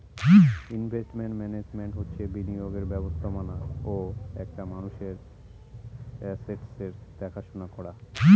investment management হচ্ছে বিনিয়োগের ব্যবস্থাপনা ও একটা মানুষের আসেটসের দেখাশোনা করা